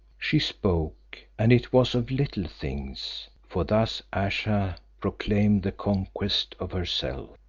she spoke, and it was of little things, for thus ayesha proclaimed the conquest of herself.